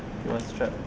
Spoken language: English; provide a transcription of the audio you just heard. you are strapped